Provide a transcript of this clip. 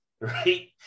Right